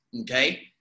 Okay